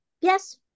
Yes